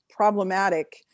problematic